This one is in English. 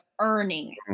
earning